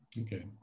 okay